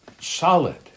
solid